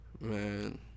man